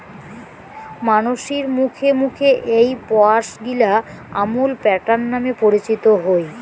মানসির মুখে মুখে এ্যাই প্রয়াসগিলা আমুল প্যাটার্ন নামে পরিচিত হই